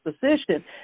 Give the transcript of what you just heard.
position